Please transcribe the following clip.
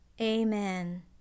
Amen